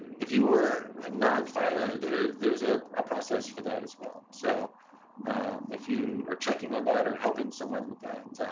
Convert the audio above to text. if you were a non-filer, there's there's ah a process for that, as well. so if you are checking on that or helping someone with that,